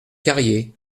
carriers